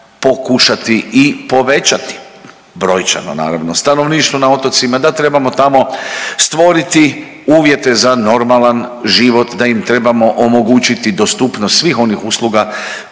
pokušati i povećati brojčano naravno stanovništvo na otocima, da trebamo tamo stvoriti uvjete za normalan život, da im trebamo omogućiti dostupnost svih onih usluga